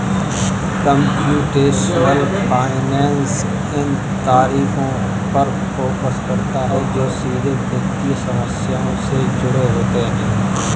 computational finance इन तरीकों पर फोकस करता है जो सीधे वित्तीय समस्याओं से जुड़े होते हैं